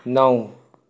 नौ